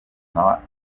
not